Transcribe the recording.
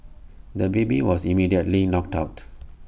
the baby was immediately knocked out